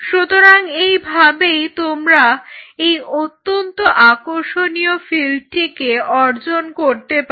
সুতরাং এই ভাবেই তোমরা এই অত্যন্ত আকর্ষণীয় ফিল্ডটিকে অর্জন করতে পারো